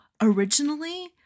originally